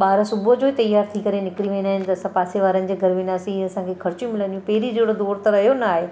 ॿार सुबुह जो ई तयार थी करे निकिरी वेंदा आहिनि घर त असां पासे वारनि जे घर वेंदासीं असांखे ख़र्चियूं मिलंदियूं पहिरीं जहिड़ो दौर त रहियो नाहे